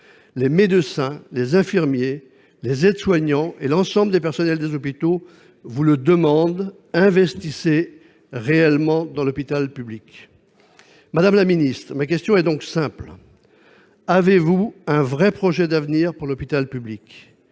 Les médecins, les infirmiers, les aides-soignants et l'ensemble des personnels des hôpitaux vous le demandent : investissez réellement dans l'hôpital public ! Madame la ministre, ma question est simple : avez-vous un vrai projet d'avenir pour l'hôpital public ?